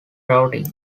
routing